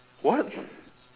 what